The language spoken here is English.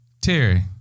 Terry